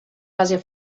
base